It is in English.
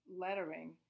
lettering